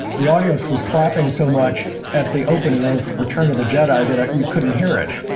the audience was clapping so much at the opening of return of the jedi that you couldn't hear it.